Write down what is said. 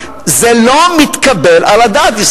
זה לא מתקבל על הדעת.